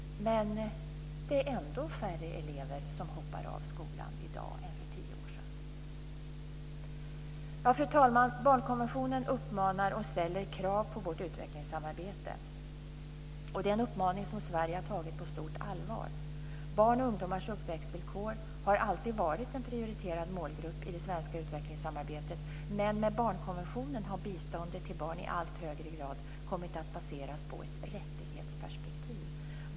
Men det är ändå färre elever som hoppar av skolan i dag än för tio år sedan. Fru talman! Barnkonventionen uppmanar och ställer krav på vårt utvecklingssamarbete. Det är en uppmaning som Sverige har tagit på stort allvar. Barns och ungdomars uppväxtvillkor har alltid varit ett prioriterat mål i det svenska utvecklingssamarbetet, men med barnkonventionen har biståndet till barn i allt högre grad kommit att baseras på ett rättighetsperspektiv.